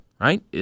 right